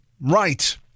Right